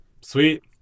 Sweet